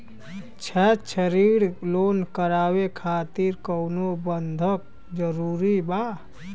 शैक्षणिक लोन करावे खातिर कउनो बंधक जरूरी बा?